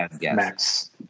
max